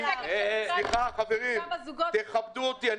חברים, תכבדו אותי.